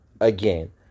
again